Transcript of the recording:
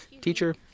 Teacher